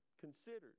considered